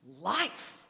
Life